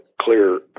clear